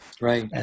Right